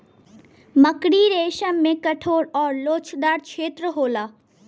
मकड़ी रेसम में कठोर आउर लोचदार छेत्र होला